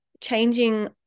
changing